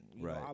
Right